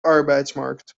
arbeidsmarkt